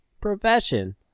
profession